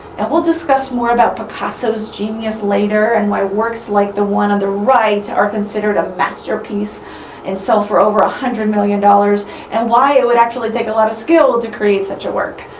and we'll discuss more about picasso genius later and why works like the one on the right are considered a masterpiece and sell for over a hundred million dollars and why it would actually take a lot of skill to create such a work.